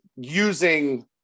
using